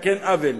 לתקן עוול,